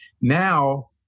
Now